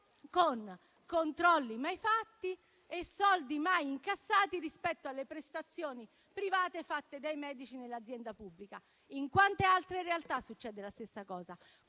con controlli mai fatti e soldi mai incassati rispetto alle prestazioni private fatte dai medici nell'azienda pubblica. In quante altre realtà succede la stessa cosa?